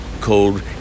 called